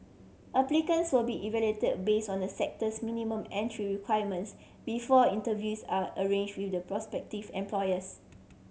applicants will be evaluated base on a sector's minimum entry requirements before interviews are arrange with the prospective employers